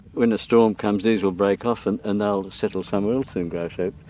when a storm comes these will break off and and they'll settle somewhere else and grow.